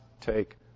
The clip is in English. take